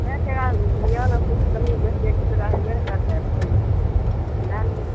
ओएह तऽ लिअ ने किछु कमी बेसी एक दू टका होयबे ने करतै लै लिअ